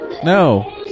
No